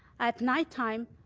at nighttime,